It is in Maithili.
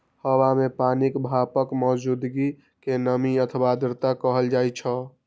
हवा मे पानिक भापक मौजूदगी कें नमी अथवा आर्द्रता कहल जाइ छै